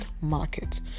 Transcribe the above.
market